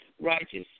righteous